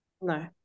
No